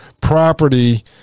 property